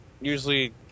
usually